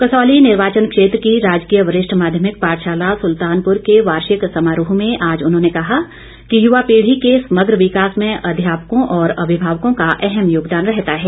कसौली निर्वाचन क्षेत्र की राजकीय वरिष्ठ माध्यमिक पाठशाला सुल्तानपुर के वार्षिक समारोह में आज उन्होंने कहा कि युवा पीढ़ी के समग्र विकास में अध्यापकों व अभिभावकों का अहम योगदान रहता है